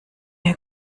wir